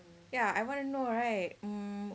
ya I want to know right mm